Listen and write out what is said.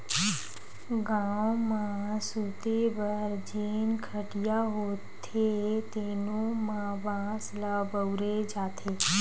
गाँव म सूते बर जेन खटिया होथे तेनो म बांस ल बउरे जाथे